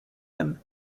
them